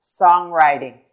songwriting